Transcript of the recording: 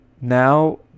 now